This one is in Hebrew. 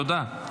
תודה.